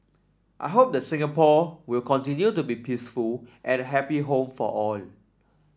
I hope the Singapore will continue to be peaceful and happy home for all